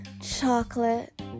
chocolate